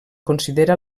considera